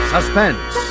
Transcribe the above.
Suspense